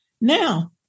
Now